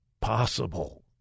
possible